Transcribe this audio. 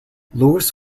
lewis